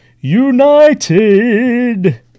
United